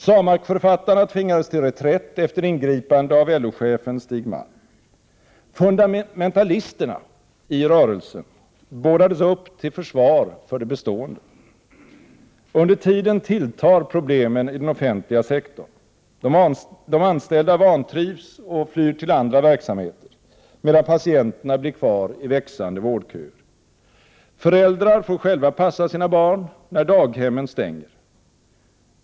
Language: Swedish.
SAMAK författarna tvingades till reträtt efter ingripande av LO-chefen Stig Malm. Fundamentalisterna i ”rörelsen” bådades upp till försvar för det bestående. Under tiden tilltar problemen i den offentliga sektorn. De anställda vantrivs och flyr till andra verksamheter, medan patienterna blir kvar i växande vårdköer. Föräldrar får själva passa sina barn när daghemmen stänger.